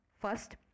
first